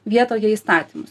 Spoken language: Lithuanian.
vietoje įstatymus